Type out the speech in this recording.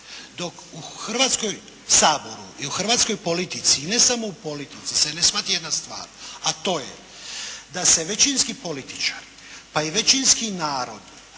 Dok u Hrvatskom saboru i u Hrvatskoj politici, ne samo u politici se ne shvati jedna stvar. A to je da se većinski političar a i većinski narod